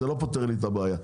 זה לא פותר לי את הבעיה.